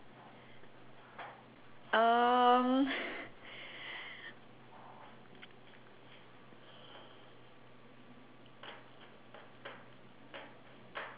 um